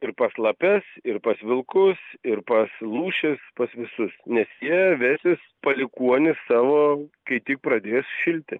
ir pas lapes ir pas vilkus ir pas lūšis pas visus nes jie vesis palikuonis savo kai tik pradės šilti